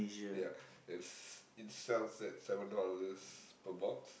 ya it's it sells at seven dollars per box